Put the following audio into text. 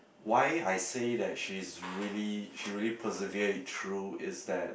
why I say that she's really she really persevere it through is that